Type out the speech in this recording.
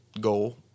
goal